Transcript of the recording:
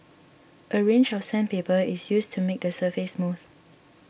a range of sandpaper is used to make the surface smooth